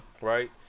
Right